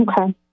Okay